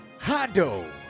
Hado